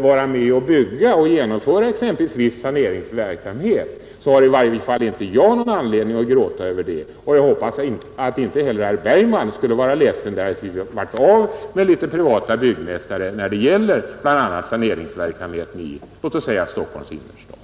vara med och bygga och genomföra exempelvis viss saneringsverksamhet, så har i varje fall inte jag någon anledning att gråta över det, och jag hoppas att inte heller herr Bergman skulle vara ledsen, därest vi blev av med en del privata byggmästare när det gäller bl.a. saneringsverksamheten i låt oss säga Stockholms innerstad.